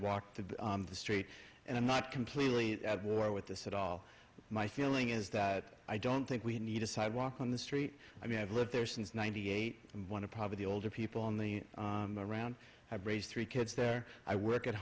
walk to the street and i'm not completely at war with this at all my feeling is that i don't think we need a sidewalk on the street i mean i've lived there since ninety eight and want to probably the older people on the around i've raised three kids there i work at